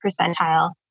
percentile